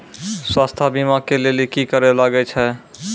स्वास्थ्य बीमा के लेली की करे लागे छै?